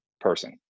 person